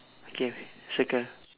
okay circle